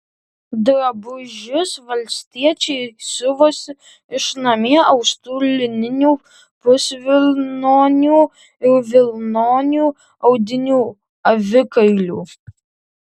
drabužius valstiečiai siuvosi iš namie austų lininių pusvilnonių ir vilnonių audinių avikailių